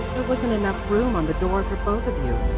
there wasn't enough room on the door for both of you.